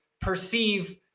perceive